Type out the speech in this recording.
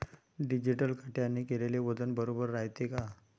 Digital काट्याने केलेल वजन बरोबर रायते का?